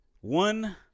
one